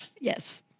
Yes